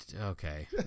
Okay